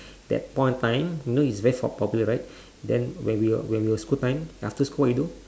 that point of time you know is ve~ for popular right then when we were school time after school what we do